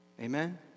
Amen